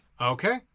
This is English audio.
Okay